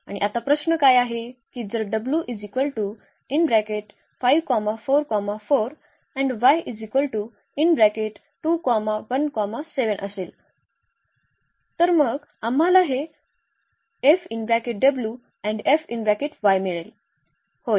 आणि आता प्रश्न काय आहे की जर असेल तर मग आम्हाला हे मिळेल होय